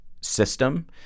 system